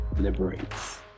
liberates